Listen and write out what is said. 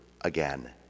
again